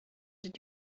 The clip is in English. did